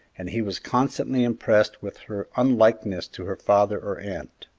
and he was constantly impressed with her unlikeness to her father or aunt.